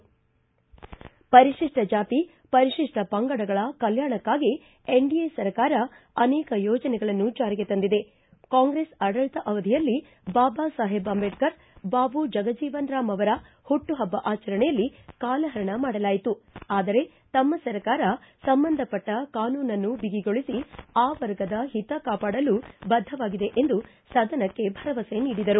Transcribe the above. ಪರಿಶಿಷ್ಟ ಜಾತಿ ಪರಿಶಿಷ್ಟ ಪಂಗಡಗಳ ಕಲ್ಕಾಣಕ್ಕಾಗಿ ಎನ್ಡಿಎ ಸರ್ಕಾರ ಅನೇಕ ಯೋಜನೆಗಳನ್ನು ಜಾರಿ ತಂದಿದೆ ಕಾಂಗ್ರೆಸ್ ಆಡಳಿತಾವಧಿಯಲ್ಲಿ ಬಾಬಾ ಸಾಹೇಬ್ ಅಂಬೇಡ್ಕರ್ ಬಾಬು ಜಗಜೀವನ ರಾಮ್ ಅವರ ಹುಟ್ಲುಪಬ್ಲ ಆಚರಣೆಯಲ್ಲಿ ಕಾಲಹರಣ ಮಾಡಲಾಯಿತು ಆದರೆ ತಮ್ಮ ಸರ್ಕಾರ ಸಂಬಂಧಪಟ್ಟ ಕಾನೂನನ್ನು ಬಗಿಗೊಳಿಸಿ ಆ ವರ್ಗದ ಓತ ಕಾಪಾಡಲು ಬದ್ದವಾಗಿದೆ ಎಂದು ಸದನಕ್ಕೆ ಭರವಸೆ ನೀಡಿದರು